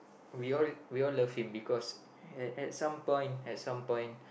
we all we all love him because at at some point at some point